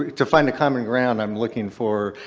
to find a common ground i'm looking for,